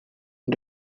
the